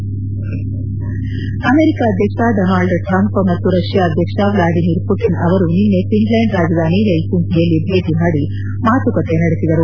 head America ಅಧ್ಯಕ್ಷ Donald Trump ಮತ್ತು Russia ಅಧ್ಯಕ್ಷ ವ್ಲಾದಿಮಿರ್ ಪುಟಿನ್ ಅವರು ನಿನ್ನೆ ಫಿನ್ಲೆಂಡ್ ರಾಜಧಾನಿ ಹೆಲ್ಲಿಂಕಿಯಲ್ಲಿ ಭೇಟಿ ಮಾಡಿ ಮಾತುಕತೆ ನಡೆಸಿದರು